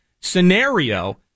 scenario